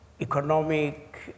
economic